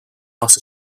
aasta